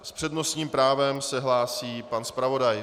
S přednostním právem se hlásí pan zpravodaj.